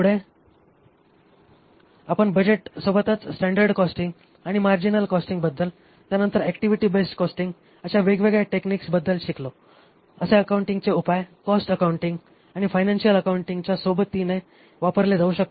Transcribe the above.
पुढे आपण बजेटसोबतच स्टॅंडर्ड कॉस्टिंग आणि मार्जिनल कॉस्टिंगबद्दल त्यानंतर ऍक्टिव्हिटी बेस्ड कॉस्टिंग अशा वेगवेगळ्या टेक्निक्सबद्दल शिकलो आणि कसे अकाउंटिंगचे उपाय कॉस्ट अकाउंटिंग आणि फायनान्शियल अकाउंटिंगमच्या सोबतीने वापरले जाऊ शकतात